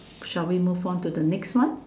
shall we move on to the next one